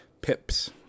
pips